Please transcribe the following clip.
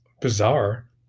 bizarre